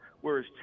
Whereas